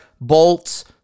bolts